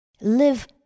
Live